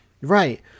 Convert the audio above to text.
Right